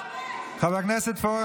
חבר הכנסת פורר,